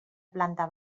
planta